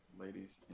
ladies